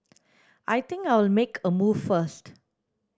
I think I'll make a move first